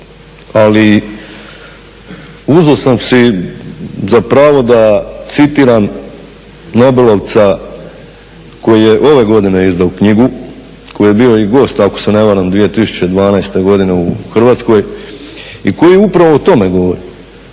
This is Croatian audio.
ali uzeo sam si za pravo da citiram nobelovca koji je ove godine izdao knjigu, koji je bio i gost ako se ne varam 2012.godine u Hrvatskoj i koji upravo o tome govori.